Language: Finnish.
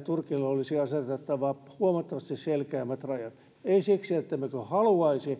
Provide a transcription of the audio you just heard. turkille olisi asetettava huomattavasti selkeämmät rajat ei siksi ettemmekö haluaisi